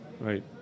Right